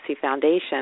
Foundation